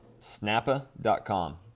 snappa.com